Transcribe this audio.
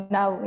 Now